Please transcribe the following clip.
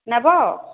ନେବ